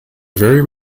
very